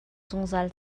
zungzal